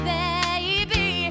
baby